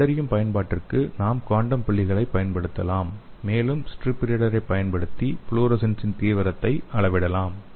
கண்டறியும் பயன்பாட்டிற்கு நாம் குவாண்டம் புள்ளிகளைப் பயன்படுத்தலாம் மேலும் ஸ்ட்ரிப் ரீடரைப் பயன்படுத்தி ஃப்ளோரசன்ஸின் தீவிரத்தை அளவிடலாம்